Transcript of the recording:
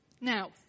Now